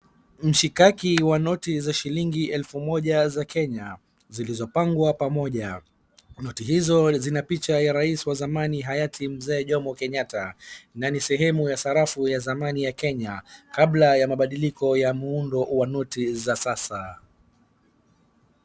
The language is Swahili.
Mshikaki wa noti za shilingi elfu moja za Kenya zilizopangwa pamoja. Noti hizo zina picha ya rais wa zamani hayati mzee Jomo Kenyatta na ni sehemu ya sarafu ya zamani ya Kenya kabla ya mabadiliko ya muundo wa noti za sasa.